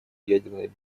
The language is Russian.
ядерной